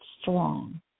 strong